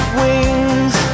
wings